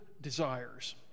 desires